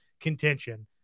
contention